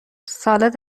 سالاد